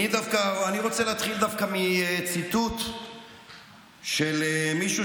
אני רוצה להתחיל דווקא מציטוט של מישהו